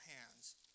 hands